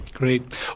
Great